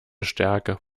stärke